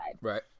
Right